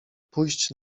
pójść